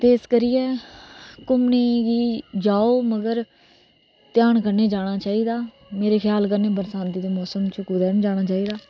इस करियै घूमने गी जाओ मगर ध्यान कन्नै जाना चाहिदा मेरे खयाल कन्नै बरसांती दे मौसम च कुदे नेईं जाना चाहिदा